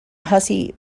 hussey